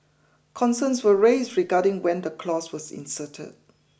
concerns were raised regarding when the clause was inserted